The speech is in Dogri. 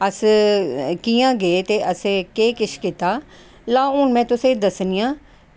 अस कियां गे ते असें केह् किश कीता लैओ हून में तुसेंगी दस्सनी आं